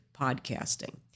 podcasting